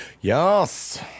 Yes